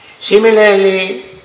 Similarly